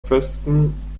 preston